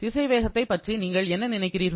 திசைவேகத்தை பற்றி நீங்கள் என்ன நினைக்கிறீர்கள்